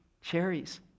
cherries